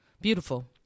Beautiful